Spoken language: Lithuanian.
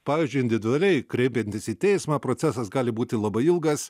pavyzdžiui individualiai kreipiantis į teismą procesas gali būti labai ilgas